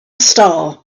star